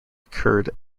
occurred